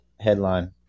headline